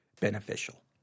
beneficial